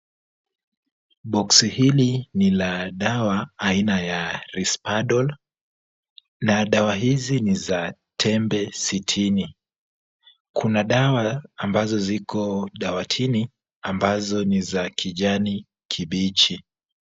Boksi hili ni la dawa aina ya Risperdal na dawa hizi ni za tembe sitini. Kuna dawa ambazo ziko dawatini ambazo ni za kijani kibichi.